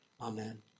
Amen